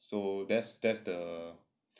so that's that's the